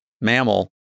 mammal